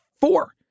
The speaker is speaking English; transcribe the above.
four